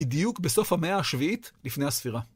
בדיוק בסוף המאה השביעית, לפני הספירה.